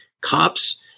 cops